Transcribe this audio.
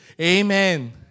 Amen